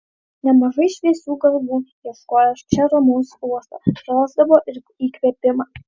nemažai šviesių galvų ieškoję čia ramaus uosto rasdavo ir įkvėpimą